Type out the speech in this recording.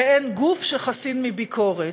ואין גוף שחסין מביקורת.